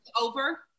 over